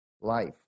life